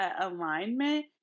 alignment